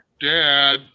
Dad